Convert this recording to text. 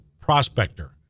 prospector